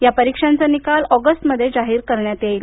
या परीक्षेचा निकाल ऑगस्टमध्ये जाहीर करण्यात येईल